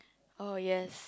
oh yes